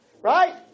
right